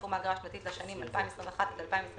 סכום האגרה השנתית לשנים 2021 עד 2023